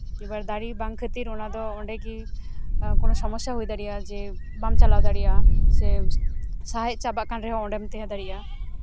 ᱮᱵᱟᱨ ᱫᱟᱨᱮ ᱵᱟᱝ ᱠᱷᱟᱹᱛᱤᱨ ᱚᱱᱟᱫᱚ ᱚᱸᱰᱮᱜᱮ ᱠᱚᱱᱚ ᱥᱚᱢᱚᱥᱥᱟ ᱦᱩᱭ ᱫᱟᱲᱮᱭᱟᱜᱼᱟ ᱡᱮ ᱵᱟᱢ ᱪᱟᱞᱟᱣ ᱫᱟᱲᱮᱭᱟᱜᱼᱟ ᱥᱮ ᱥᱟᱦᱮᱸᱫ ᱪᱟᱵᱟᱜ ᱠᱟᱱ ᱨᱮᱦᱚᱸ ᱚᱸᱰᱮᱢ ᱛᱟᱦᱮᱸ ᱫᱟᱲᱮᱭᱟᱜᱼᱟ